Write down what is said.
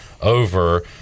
over